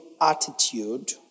attitude